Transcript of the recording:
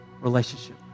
relationship